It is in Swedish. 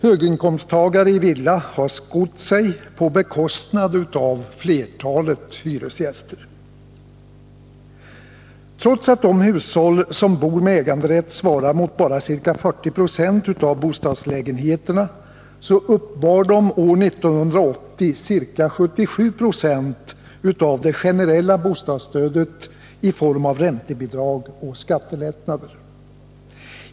Höginkomsttagare i villa har skott sig på bekostnad av flertalet hyresgäster. Trots att de hushåll som bor med äganderätt svarar mot bara ca 40 96 av bostadslägenheterna uppbar de år 1980 ca 77 90 av det generella bostadsstödet i form av räntebidrag och skattelättnader.